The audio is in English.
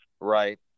Right